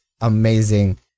amazing